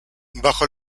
bajo